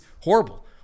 horrible